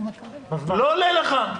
לא עולה לך.